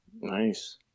Nice